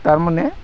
थारमाने